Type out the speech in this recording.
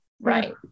Right